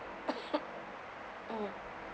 mm